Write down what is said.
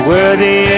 Worthy